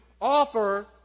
offer